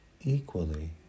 Equally